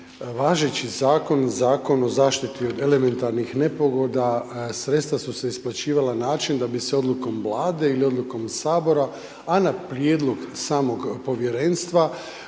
zakon, Zakon o zaštiti elementarnih nepogoda, sredstva su se isplaćivala na način da bi se odlukom Vlade ili odlukom Sabora a na prijedlog samog povjerenstva